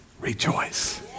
rejoice